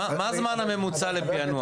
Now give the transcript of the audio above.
מה הזמן הממוצע לפענוח?